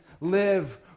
live